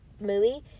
movie